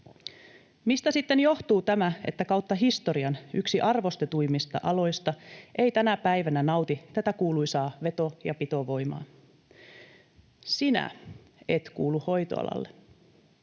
Mistä sitten johtuu tämä, että kautta historian yksi arvostetuimmista aloista ei tänä päivänä nauti tätä kuuluisaa veto- ja pitovoimaa? ”Sinä et kuulu hoitoalalle.”